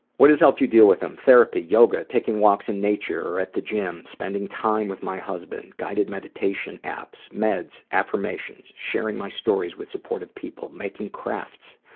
what has helped you deal with them? therapy, yoga, taking walks in nature or at the gym. spending time with my husband, guided meditation apps, meds, affirmations, sharing my stories with supportive people, making crafts,